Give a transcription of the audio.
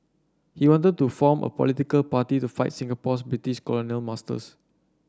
he wanted to form a political party to fight Singapore's British colonial masters